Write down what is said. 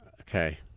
Okay